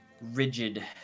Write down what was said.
rigid